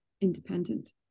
independent